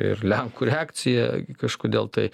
ir lenkų reakcija kažkodėl tai